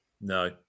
No